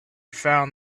found